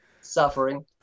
Suffering